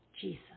Jesus